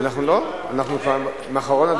לא, אנחנו כבר עם אחרון,